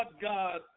god